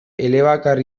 elebakar